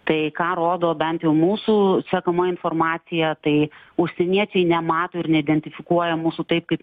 tai ką rodo bent jau mūsų sekama informacija tai užsieniečiai nemato ir neidentifikuoja mūsų taip kaip